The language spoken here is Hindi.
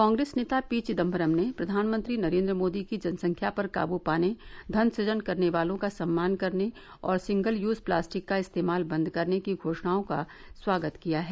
कांग्रेस नेता पी चिंदबरम ने प्रधानमंत्री नेरन्द्र मोदी की जनसंख्या पर काबू पाने धन सुजन करने वालों का सम्मान करने और सिंगल यूज प्लास्टिक का इस्तेमाल बंद करने की घोषणाओं का स्वागत किया है